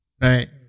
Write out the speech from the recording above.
right